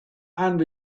and